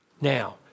Now